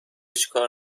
چیکار